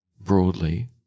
broadly